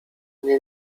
mnie